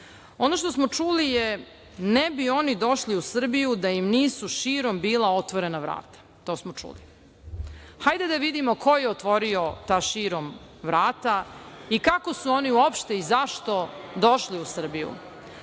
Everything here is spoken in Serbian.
što smo čuli je - ne bi oni došli u Srbiju da im nisu širom bila otvorena vrata, to smo čuli. Hajde, da vidimo ko je otvorio ta širom vrata i kako su oni uopšte i zašto došli u Srbiju. Takođe